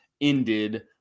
ended